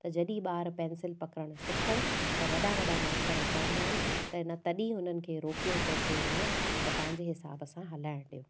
त जॾहिं ॿार पेंसिल पकिड़णु सिखनि त वॾा वॾा मास्तर चवंदा आहिनि त इन तॾहिं हिननि खे रोकियो टोकियो न ऐं पंहिंजे हिसाब सां हलाइणु ॾियो